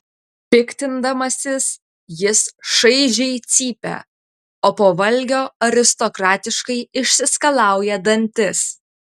piktindamasis jis šaižiai cypia o po valgio aristokratiškai išsiskalauja dantis